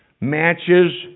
matches